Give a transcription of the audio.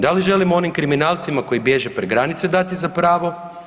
Da li želimo onim kriminalcima koji bježe preko granice dati za prvo?